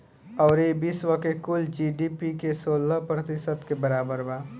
अउरी ई विश्व के कुल जी.डी.पी के सोलह प्रतिशत के बराबर बा